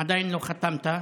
עדיין לא חתמת,